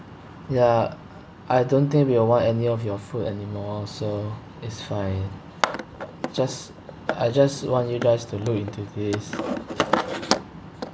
ya I don't think we'll want any of your food anymore so it's fine just I just want you guys to look into this